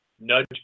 nudge